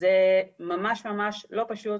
זה ממש-ממש לא פשוט,